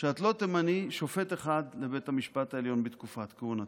שאת לא תמני שופט אחד לבית המשפט העליון בתקופת כהונתך.